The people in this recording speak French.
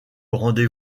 rendez